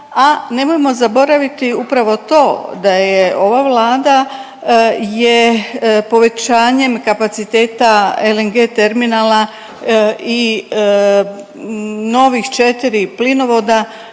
a nemojmo zaboraviti upravo to da je ova Vlada je povećanjem kapaciteta LNG terminala i novih 4 plinovoda